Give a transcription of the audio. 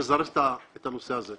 כדי לזרז את הנושא הזה.